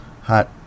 Hot